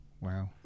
Wow